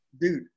Dude